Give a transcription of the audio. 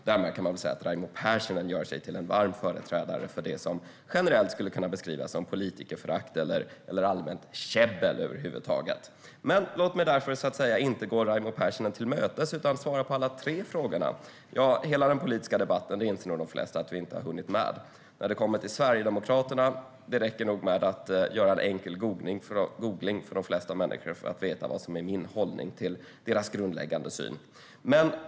Därmed kan man säga att Raimo Pärssinen gör sig till en företrädare för det som generellt skulle kunna beskrivas som politikerförakt eller allmänt käbbel. Låt mig därför inte gå Raimo Pärssinen till mötes utan svara på alla tre frågorna. Hela den politiska debatten inser nog de flesta att vi inte har hunnit med. När det gäller Sverigedemokraterna räcker det nog med att göra en enkel googling för att veta vad som är min hållning till deras grundläggande syn.